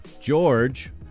George